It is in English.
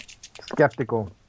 skeptical